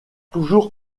toujours